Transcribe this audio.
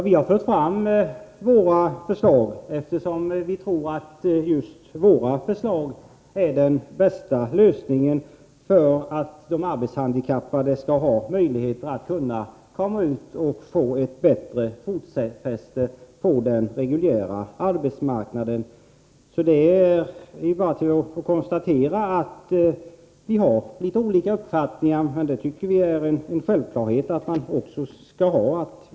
Vi har fört fram våra förslag, eftersom vi tror att just våra förslag är de bästa lösningarna på de handikappades problem att kunna komma ut och få ett bättre fotfäste på den reguljära arbetsmarknaden. Vi kan bara konstatera att vi har litet olika uppfattningar, men vi tycker att det är en självklarhet att det är så.